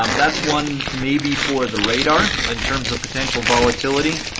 um that's one maybe for the radar in terms of potential volatility.